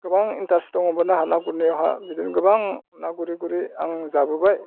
गोबां इन्थारेस दङमोन आंहा ना गुरनायावहाय बिदिनो गोबां ना गुरै गुरै आं जाबोबाय